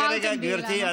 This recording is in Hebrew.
רגע, רגע, גברתי.